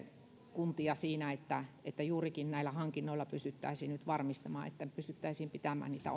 kuntia siinä juurikin näillä hankinnoilla pystyttäisiin nyt varmistamaan että pystyttäisiin pitämään niitä